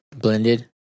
blended